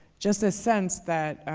just a sense that,